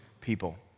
people